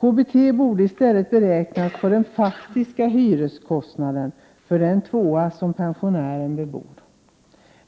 Men när det gäller KBT borde man i stället utgå från den faktiska hyreskostnaden för den tvårumslägenhet som pensionären bebor. Mot